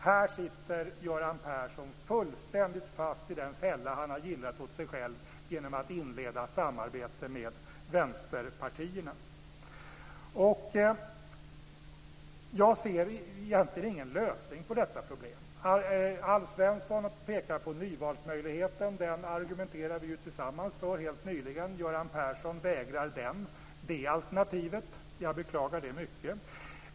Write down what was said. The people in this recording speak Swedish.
Här sitter Göran Persson fullständigt fast i den fälla han gillrat mot sig själv genom att inleda ett samarbete med vänsterpartierna. Jag ser egentligen ingen lösning på detta problem. Alf Svensson pekar på nyvalsmöjligheten. Vi argumenterade helt nyligen tillsammans för den. Göran Persson vägrar det alternativet. Jag beklagar det mycket.